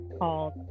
called